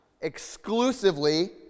exclusively